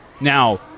Now